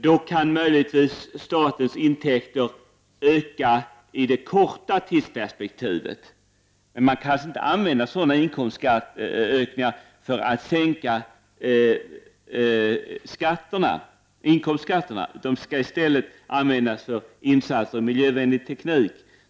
Statens intäkter kan då möjligtvis öka i det korta tidsperspektivet, men man kan således inte använda sådana inkomstskatteökningar för att sänka inkomstskatterna. De skall i stället användas för insatser för miljövänlig teknik.